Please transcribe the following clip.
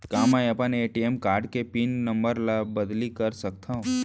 का मैं अपन ए.टी.एम कारड के पिन नम्बर ल बदली कर सकथव?